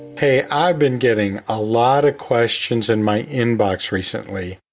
hey, i've been getting a lot of questions in my inbox recently,